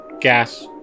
gas